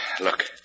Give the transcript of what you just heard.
Look